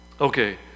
okay